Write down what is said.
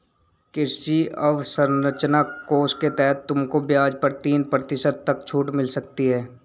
कृषि अवसरंचना कोष के तहत तुमको ब्याज पर तीन प्रतिशत तक छूट मिल सकती है